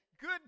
good